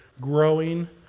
growing